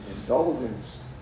indulgence